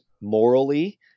morally